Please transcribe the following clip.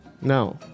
No